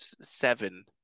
seven